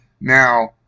now